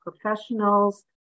professionals